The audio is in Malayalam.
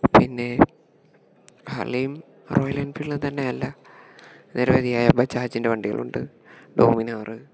പിന്നേ ഹാർളിയും റോയൽ എൻഫീൽഡ് തന്നെയല്ല നിരവധിയായ ബജാജിൻ്റെ വണ്ടികളുണ്ട് ഡോമിനോറ്